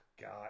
God